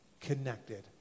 connected